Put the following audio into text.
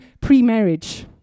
pre-marriage